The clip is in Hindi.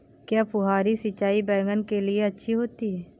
क्या फुहारी सिंचाई बैगन के लिए अच्छी होती है?